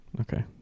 Okay